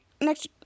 Next